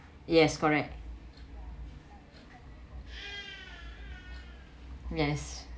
yes correct yes